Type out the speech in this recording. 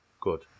Good